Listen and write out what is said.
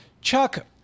Chuck